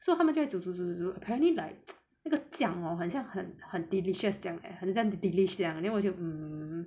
so 他们就会煮煮煮煮煮 apparently like 那个酱 hor 很像很很 delicious 这样诶很像很 delish 这样两个 then 我就嗯